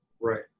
Right